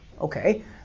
Okay